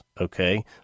okay